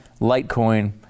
Litecoin